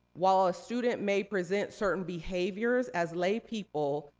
while a student may present certain behaviors, as laypeople,